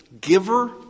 giver